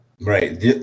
right